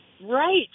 Right